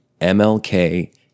MLK